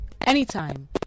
anytime